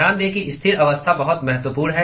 ध्यान दें कि स्थिर अवस्था बहुत महत्वपूर्ण है